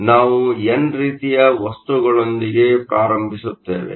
ಆದ್ದರಿಂದ ನಾವು ಎನ್ ರೀತಿಯ ವಸ್ತುಗಳೊಂದಿಗೆ ಪ್ರಾರಂಭಿಸುತ್ತೇವೆ